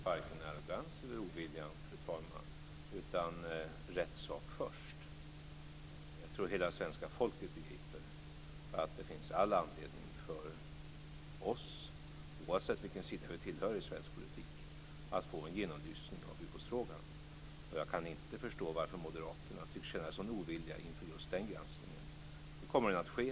Fru talman! Det är varken fråga om arrogans eller ovilja utan om att man ska göra rätt sak först. Jag tror att hela svenska folket begriper att det finns all anledning för oss, oavsett vilken sida i svensk politik som vi tillhör, att få en genomlysning av ubåtsfrågan. Och jag kan inte förstå varför moderaterna tycks känna en sådan ovilja inför just den granskningen. Nu kommer den att ske.